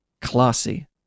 classy